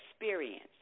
experience